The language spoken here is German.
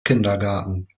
kindergarten